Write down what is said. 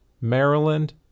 Maryland